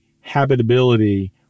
habitability